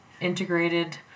integrated